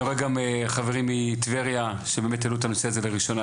אני רואה גם חברים מטבריה שבאמת העלו את הנושא הזה לראשונה.